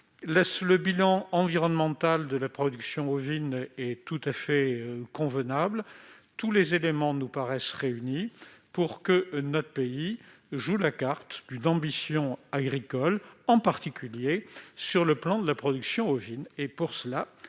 le bilan environnemental de la production ovine est tout à fait convenable. Bref, tous les éléments nous paraissent réunis pour que notre pays joue la carte de l'ambition agricole, en particulier sur le plan de la production ovine.